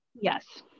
yes